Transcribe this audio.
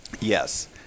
Yes